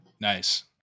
Nice